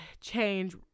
change